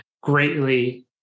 greatly